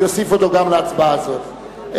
אני אוסיף אותו גם להצבעה הזאת.